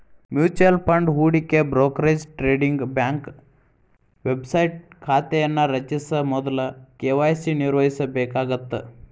mutual fund ಹೂಡಿಕೆ brokerage trading bank website ಖಾತೆಯನ್ನ ರಚಿಸ ಮೊದ್ಲ ಕೆ.ವಾಯ್.ಸಿ ನಿರ್ವಹಿಸಬೇಕಾಗತ್ತ